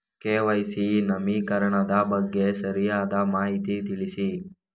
KYC ನವೀಕರಣದ ಬಗ್ಗೆ ಸರಿಯಾದ ಮಾಹಿತಿ ತಿಳಿಸಿ?